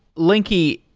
lingke,